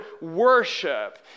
worship